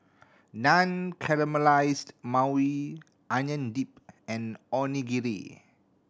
Naan Caramelized Maui Onion Dip and Onigiri